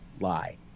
Lie